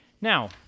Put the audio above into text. Now